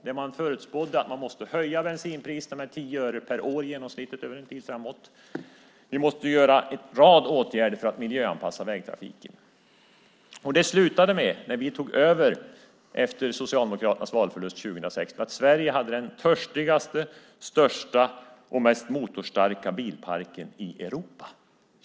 Där förutspådde man att man måste höja bensinpriserna med 10 öre per år i genomsnitt över en tid framåt och göra en rad åtgärder för att miljöanpassa vägtrafiken. Hur slutade det? Jo, när vi tog över efter Socialdemokraternas valförlust 2006 hade Sverige den törstigaste, största och mest motorstarka bilparken i Europa.